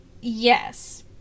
Yes